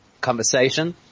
conversation